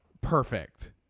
perfect